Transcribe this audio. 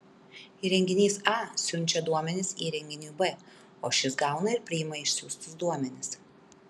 įrenginys a siunčia duomenis įrenginiui b o šis gauna ir priima išsiųstus duomenis